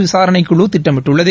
விசாரணைக் குழு திட்டமிட்டுள்ளது